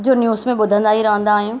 जो न्युस में ॿुधंदा ई रहंदा आहियूं